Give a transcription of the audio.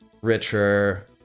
richer